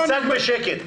קצת בשקט.